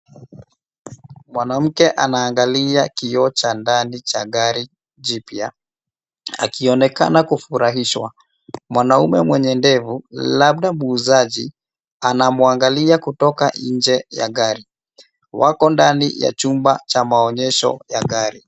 Mwanamke anaangalia kioo cha ndani cha gari jipya akionekana kufurahishwa. Mwanaume mwenye ndevu, labda muuzaji anamuangalia kutoka nje ya gari. Wako ndani ya chumba cha maonyesho ya gari.